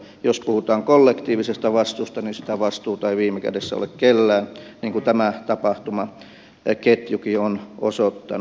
jos puhutaan kollektiivisesta vastuusta niin sitä vastuuta ei viime kädessä ole kellään niin kuin tämä tapahtumaketjukin on osoittanut